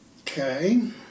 Okay